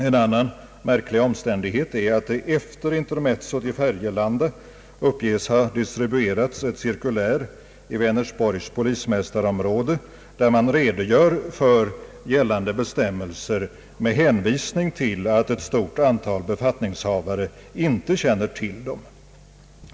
En annan märklig omständighet är att det efter intermezzot i Färgelanda uppges ha distribuerats ett cirkulär i Vänersborgs polismästarområde, där man redogör för gällande bestämmelser med hänvisning till att ett stort antal befattningshavare inte känner till dem.